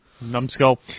numbskull